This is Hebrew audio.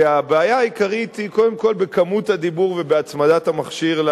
שהבעיה העיקרית היא קודם כול בכמות הדיבור ובהצמדת המכשיר,